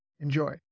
Enjoy